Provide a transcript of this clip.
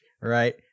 right